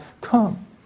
come